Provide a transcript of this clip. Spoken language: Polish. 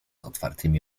otwartymi